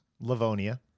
Livonia